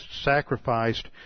sacrificed